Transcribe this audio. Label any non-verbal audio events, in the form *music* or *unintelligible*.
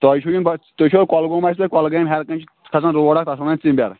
تۄہہِ چھُو یُن *unintelligible* تُہۍ چھُوا کۄلگوم آسِوٕ تۄہہِ کۄلگامہِ ہٮ۪رکَنۍ چھُ کھَسان روڈ اکھ تَتھ ونان ژِنٛبٮ۪ر